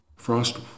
Frost